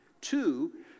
Two